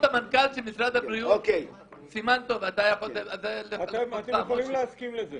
אתם יכולים להסכים לזה.